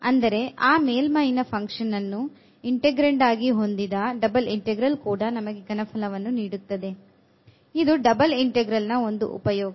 ಅಂದರೆ ಆ ಮೇಲ್ಮೈ ನ ಫಂಕ್ಷನ್ ಅನ್ನು integrand ಆಗಿ ಹೊಂದಿದ ಡಬಲ್ ಇಂಟೆಗ್ರಲ್ ಕೂಡ ನಮಗೆ ಘನಫಲವನ್ನು ನೀಡುತ್ತದೆ ಇದು ಡಬಲ್ ಇಂಟೆಗ್ರಲ್ ನ ಒಂದು ಉಪಯೋಗ